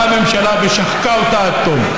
באה הממשלה ושחקה אותה עד תום.